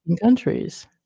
countries